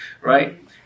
right